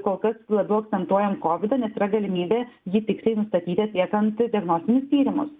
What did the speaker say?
kol kas labiau akcentuojam kovidą nes yra galimybė jį tiksliai nustatyti atliekant diagnostinius tyrimus